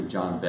John